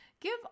Give